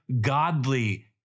godly